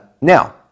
now